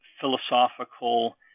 philosophical